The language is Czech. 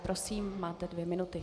Prosím, máte dvě minuty.